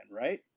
right